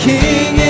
King